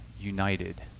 united